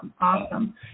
Awesome